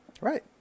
right